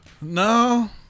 No